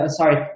sorry